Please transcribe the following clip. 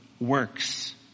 works